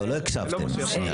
לא, לא הקשבתם, שנייה.